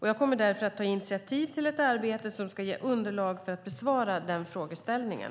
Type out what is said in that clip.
Jag kommer därför att ta initiativ till ett arbete som ska ge underlag för att besvara den frågeställningen.